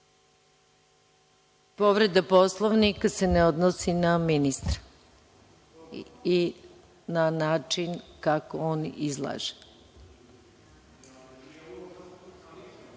Povreda Poslovnika se ne odnosi na ministra i na način kako on izlaže. Svi